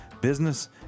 business